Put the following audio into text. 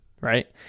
right